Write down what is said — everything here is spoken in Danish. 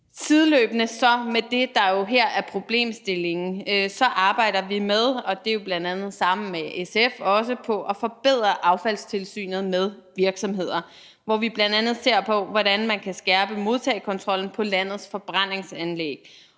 så her er problemstillingen, arbejder vi på – og det er jo bl.a. sammen med SF – at forbedre affaldstilsynet med virksomheder, hvor vi bl.a. ser på, hvordan man kan skærpe modtagekontrollen på landets forbrændingsanlæg.